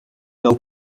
nou